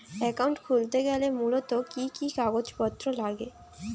Account খুলতে গেলে মূলত কি কি কাগজপত্র লাগে?